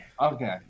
okay